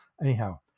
Anyhow